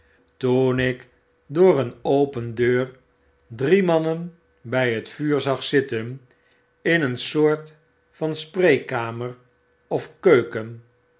toen ik door een open deur drie mannen by het vuur zag zitten in een soort van spreekkamer of keuken